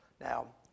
Now